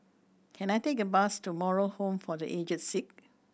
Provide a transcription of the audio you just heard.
can I take a bus to Moral Home for The Aged Sick